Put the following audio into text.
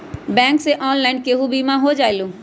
Bank से online केहु बिमा हो जाईलु?